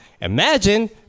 imagine